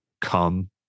come